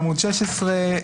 בעמוד 16,